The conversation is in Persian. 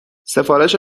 سفارش